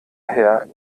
herr